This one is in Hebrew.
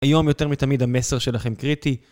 היום יותר מתמיד המסר שלכם קריטי.